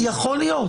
יכול להיות.